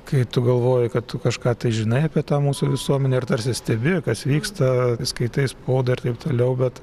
kai tu galvoji kad tu kažką žinai apie tą mūsų visuomenę ir tarsi stebi kas vyksta skaitai spaudą ir taip toliau bet